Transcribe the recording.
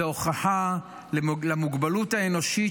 היא הוכחה למוגבלות האנושית,